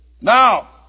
Now